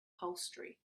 upholstery